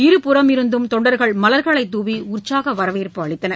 இருபுறமுமிருந்து தொண்டர்கள் மலர்களைத்தூவி உற்சாக வரவேற்பு அளித்தனர்